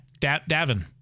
Davin